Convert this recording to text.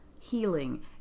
Healing